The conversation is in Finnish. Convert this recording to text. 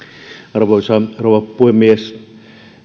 arvoisa rouva puhemies